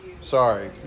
Sorry